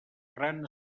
gran